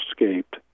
escaped